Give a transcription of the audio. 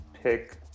Pick